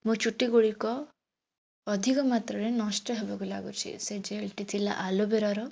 ମୋ ଚୁଟିଗୁଡ଼ିକ ଅଧିକ ମାତ୍ରାରେ ନଷ୍ଟ ହେବାକୁ ଲାଗୁଛି ସେ ଜେଲ୍ଟି ଥିଲା ଆଲୋଭେରାର